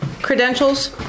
Credentials